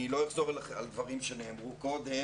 אני לא אחזור על דברים שנאמרו כאן קודם